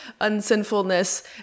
unsinfulness